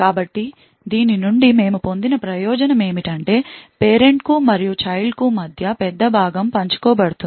కాబట్టి దీని నుండి మేము పొందిన ప్రయోజనం ఏమిటంటే పేరెంట్ కు మరియు చైల్డ్ కు మధ్య పెద్ద భాగం పంచుకో బడుతుంది